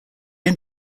end